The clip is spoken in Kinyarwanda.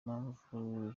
mpamvu